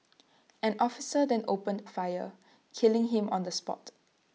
an officer then opened fire killing him on the spot